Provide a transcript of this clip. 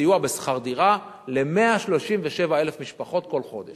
לסיוע בשכר דירה ל-137,000 משפחות כל חודש.